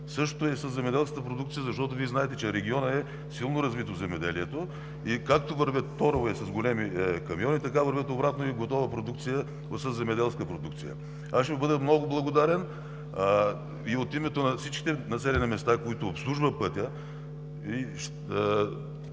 Същото е и със земеделската продукция, защото Вие знаете, че в региона е развито силно земеделието и както вървят торове с големи камиони, така върви обратно и готова продукция, земеделска продукция. Аз ще Ви бъда много благодарен и от името на всички населени места, които обслужва пътят,